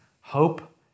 hope